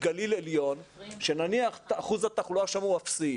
גליל עליון שנניח אחוז התחלואה שם הוא אפסי?